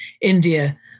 India